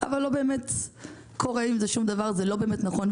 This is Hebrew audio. אבל לא באמת קורה עם זה שום דבר, זה לא באמת נכון.